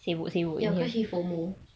ya kasi formal